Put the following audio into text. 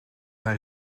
hij